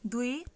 दुई